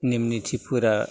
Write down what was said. नेम निथिफोरा